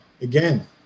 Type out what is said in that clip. Again